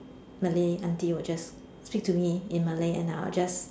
Malay auntie would just speak to me in Malay and I would just